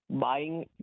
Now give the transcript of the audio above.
buying